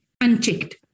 unchecked